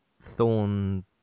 Thorn